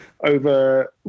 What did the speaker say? over